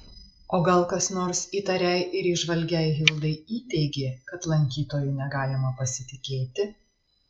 o gal kas nors įtariai ir įžvalgiai hildai įteigė kad lankytoju galima pasitikėti